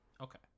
Okay